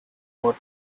more